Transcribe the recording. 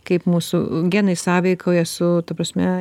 kaip mūsų genai sąveikauja su ta prasme